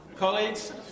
Colleagues